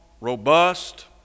robust